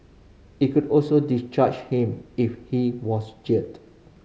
it could also discharge him if he was jailed